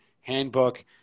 handbook